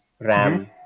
RAM